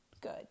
good